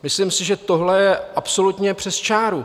Myslím si, že tohle je absolutně přes čáru.